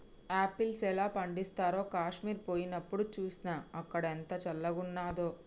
apples ఎలా పండిస్తారో కాశ్మీర్ పోయినప్డు చూస్నా, అక్కడ ఎంత చల్లంగున్నాదో